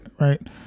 Right